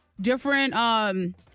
different